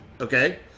Okay